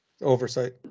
Oversight